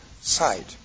side